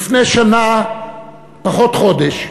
לפני שנה פחות חודש,